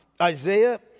Isaiah